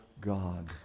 God